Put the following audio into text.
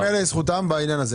ייאמר לזכותם בעניין הזה,